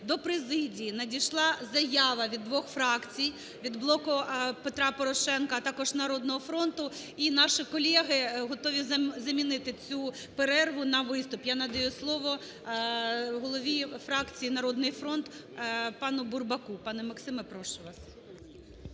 до президії надійшла заява від двох фракцій: від "Блоку Петра Порошенка", а також "Народного фронту". І наші колеги готові замінити цю перерву на виступ. Я надаю слово голові фракції "Народний фронт" пануБурбаку. Пане Максиме, прошу вас.